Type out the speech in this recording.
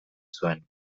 zuen